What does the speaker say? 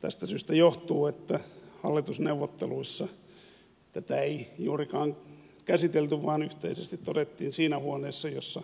tästä syystä johtuu että hallitusneuvotteluissa tätä ei juurikaan käsitelty vaan yhteisesti todettiin siinä huoneessa jossa